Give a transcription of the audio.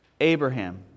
Abraham